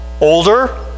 older